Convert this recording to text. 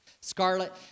scarlet